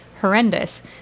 horrendous